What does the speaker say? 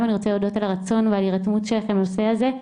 ואני רוצה להודות על הרצון וההירתמות שלכם לנושא הזה.